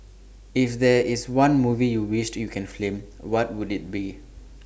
if there is one movie you wished you can film what would IT be